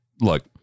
look